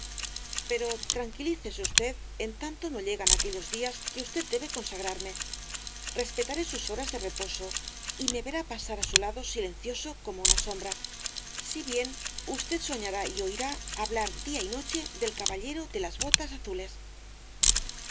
pero tranquilícese usted en tanto no llegan aquellos días que usted debe consagrarme respetaré sus horas de reposo y me verá pasar á su lado silencioso como una sombra si bien usted soñará y oirá hablar día y noche del caballero de las botas emules